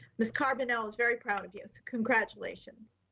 ms. carbonell was very proud of you. so congratulations.